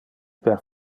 per